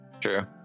True